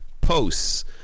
posts